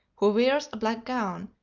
who wears a black gown,